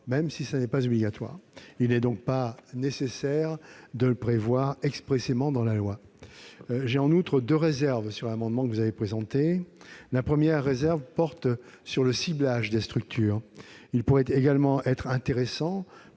même si ce n'est pas obligatoire. Il n'est donc pas nécessaire de le prévoir expressément dans la loi. J'émettrai en outre deux réserves sur cet amendement. La première réserve porte sur le ciblage des structures. Il pourrait également être intéressant,